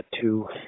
two